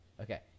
Okay